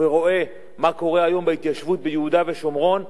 ורואה מה קורה היום בהתיישבות ביהודה ושומרון,